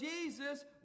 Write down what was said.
Jesus